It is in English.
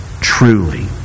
truly